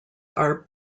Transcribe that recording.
are